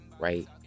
right